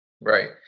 Right